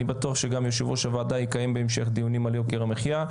אני בטוח שגם יושב ראש הוועדה יקיים בהמשך דיונים על יוקר המחייה.